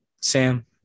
Sam